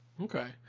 Okay